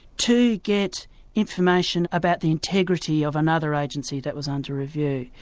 to get information about the integrity of another agency that was under review.